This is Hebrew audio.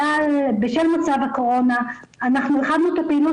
בשל מצב הקורונה אנחנו הרחבנו את הפעילות